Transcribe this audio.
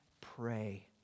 pray